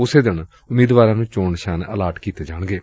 ਉਸੇ ਦਿਨ ਉਮੀਦਵਾਰਾ ਨੂੰ ਚੋਣ ਨਿਸ਼ਾਨ ਅਲਾਟ ਕੀਤੇ ਜਾਣਗੇ